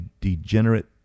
degenerate